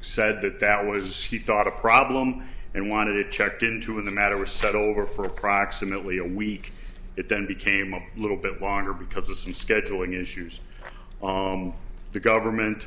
said that that was he thought a problem and wanted it checked into in the matter was settled over for approximately a week it then became a little bit longer because of some scheduling issues the government